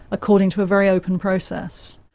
according to a very open process.